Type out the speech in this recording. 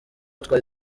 twari